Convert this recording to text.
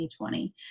2020